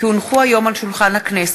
כי הונחו היום על שולחן הכנסת,